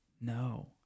no